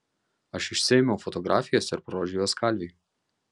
aš išsiėmiau fotografijas ir parodžiau jas kalviui